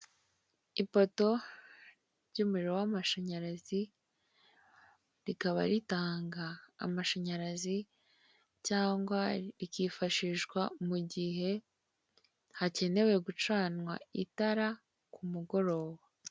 Ipoto ry'umuriro w'amashanyarazi, rikaba ritanga amashanyarazi cyangwa ikifashishwa mu gihe hakenewe gucanwa itaka ku mugoroba.